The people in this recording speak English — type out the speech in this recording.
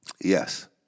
Yes